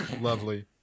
lovely